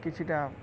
କିଛିଟା